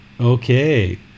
Okay